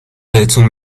بهتون